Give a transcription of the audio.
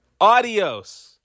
adios